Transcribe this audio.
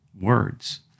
words